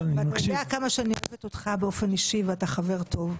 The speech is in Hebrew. אתה יודע כמה שאני אוהבת אותך באופן אישי ואתה חבר טוב.